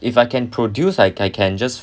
if I can produce I I can just